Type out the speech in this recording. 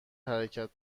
حرکت